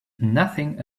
nothing